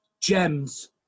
gems